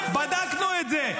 בדקנו את זה.